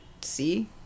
see